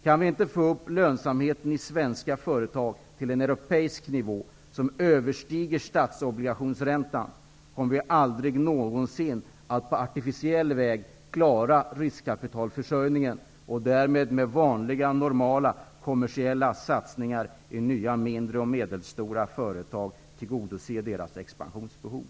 Om vi inte kan få upp lönsamheten i svenska företag på en europeisk nivå som överstiger statsobligationsräntan, kommer vi aldrig någonsin att på artificiell väg klara riskkapitalförsörjningen och därmed med vanliga normala kommersiella satsningar i nya, mindre och medelstora företag tillgodose deras expansionsbehov.